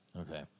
Okay